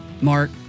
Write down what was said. Mark